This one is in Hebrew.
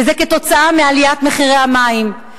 וזה כתוצאה מעליית מחירי המים,